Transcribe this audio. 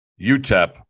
UTEP